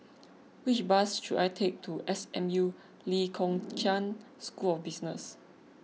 which bus should I take to S M U Lee Kong Chian School of Business